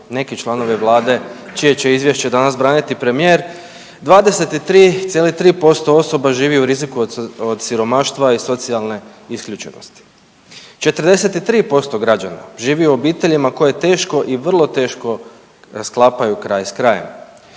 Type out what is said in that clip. neki članovi vlade čije će izvješće danas braniti premijer, 23,3% osoba živi u riziku od siromaštva i socijalne isključenosti, 43% građana živi u obiteljima koje teško i vrlo teško sklapaju kraj s krajem,